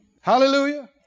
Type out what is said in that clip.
Hallelujah